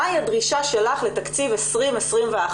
מהי הדרישה שלך לתקציב 2021,